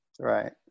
Right